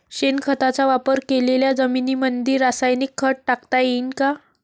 शेणखताचा वापर केलेल्या जमीनीमंदी रासायनिक खत टाकता येईन का?